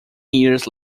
years